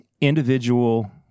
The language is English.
individual